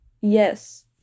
Yes